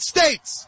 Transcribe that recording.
States